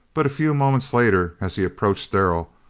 but a few moments later, as he approached darrell,